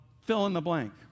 fill-in-the-blank